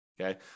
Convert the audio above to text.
Okay